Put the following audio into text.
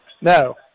No